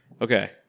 Okay